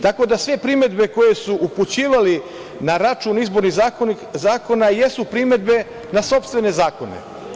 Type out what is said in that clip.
Tako da, sve primedbe koje su upućivali na račun izbornih zakona jesu primedbe na sopstvene zakone.